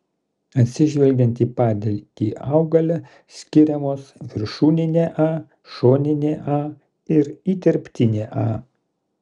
atsižvelgiant į padėtį augale skiriamos viršūninė a šoninė a ir įterptinė a